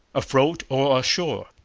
afloat or ashore.